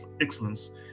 Excellence